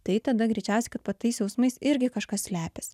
tai tada greičiausiai kad po tais kausmais irgi kažkas slepiasi